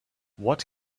what